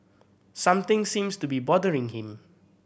something seems to be bothering him